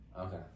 Okay